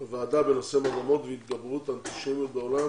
בוועדה בנושא מגמות והתגברות האנטישמיות בעולם